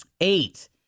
Eight